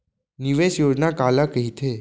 निवेश योजना काला कहिथे?